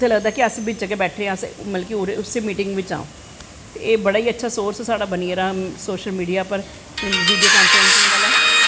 उत्थें लगदा कि अस बिच्च गै बैठे दे आं अस मतलव कि उसै मिटिंग बिच्च आं एह् बड़ा गै अच्चा सोरस बनी गेदा ऐ सोशल मीडिया पर